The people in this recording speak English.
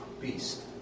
beast